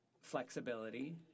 flexibility